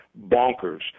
bonkers